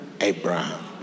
Abraham